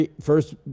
first